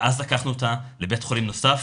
ואז לקחנו אותה לבית חולים נוסף,